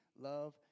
love